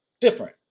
different